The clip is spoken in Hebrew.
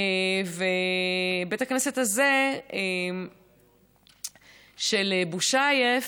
בית הכנסת הזה של בושאייף,